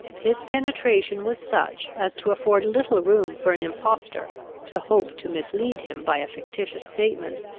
his penetration was such, as to afford little room for an impostor to hope to mislead him by a fictitious statement,